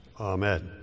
Amen